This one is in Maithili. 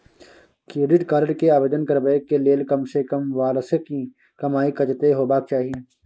क्रेडिट कार्ड के आवेदन करबैक के लेल कम से कम वार्षिक कमाई कत्ते होबाक चाही?